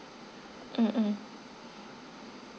mmhmm